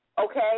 Okay